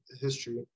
history